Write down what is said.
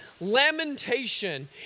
lamentation